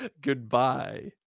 Goodbye